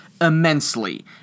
immensely